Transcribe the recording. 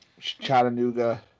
Chattanooga